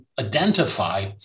identify